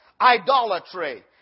idolatry